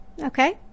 Okay